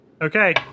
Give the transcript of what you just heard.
Okay